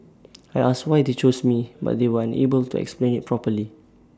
I asked why they chose me but they were unable to explain IT properly